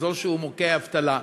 מאזור שהוא מוכה אבטלה.